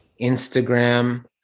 Instagram